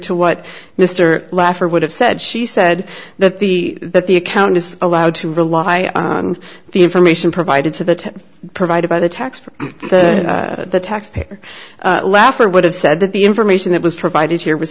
to what mr laffer would have said she said that the that the account is allowed to rely on the information provided to the provided by the tax for the taxpayer laffer would have said that the information that was provided here was